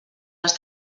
les